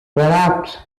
perhaps